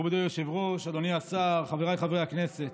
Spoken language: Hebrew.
מכובדי היושב-ראש, אדוני השר, חבריי חברי הכנסת,